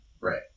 Right